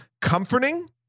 comforting